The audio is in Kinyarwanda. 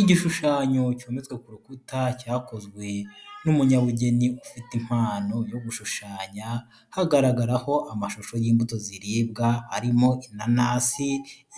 Igisushanyo cyometse ku rukuta cyakozwe n'umunyabugeni ufite impano yo gushushanya, hagaragaraho amashusho y'imbuto ziribwa harimo inanasi,